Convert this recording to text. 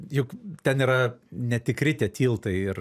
juk ten yra netikri tie tiltai ir